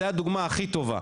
זה הדוגמא הכי טובה.